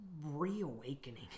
reawakening